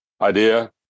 idea